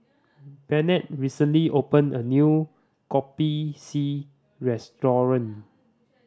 Bennett recently opened a new Kopi C restaurant